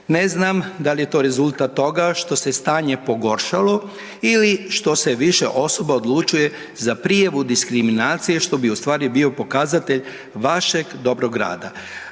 Ne znam dal je to rezultat toga što se je stanje pogoršalo ili što se više osoba odlučuje za prijavu diskriminacije, što bi u stvari bio pokazatelj vašeg dobrog rada.